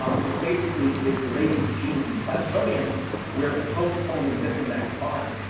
um which, basically, is relating to genes in plasmodium where atovaquone and zithromax bind.